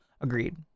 Agreed